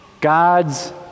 God's